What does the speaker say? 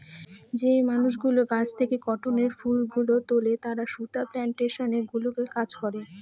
যে মানুষগুলো গাছ থেকে কটনের ফুল গুলো তুলে তারা সুতা প্লানটেশন গুলোতে কাজ করে